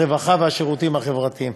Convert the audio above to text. הרווחה והשירותים החברתיים.